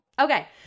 Okay